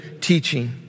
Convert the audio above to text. teaching